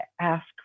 ask